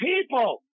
people